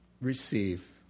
receive